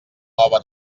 nova